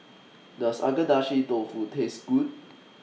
Does Agedashi Dofu Taste Good